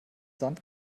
sand